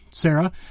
Sarah